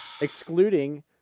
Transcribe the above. Excluding